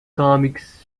comics